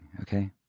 okay